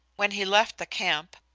when he left the camp,